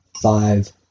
five